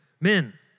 Men